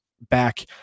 back